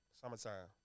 Summertime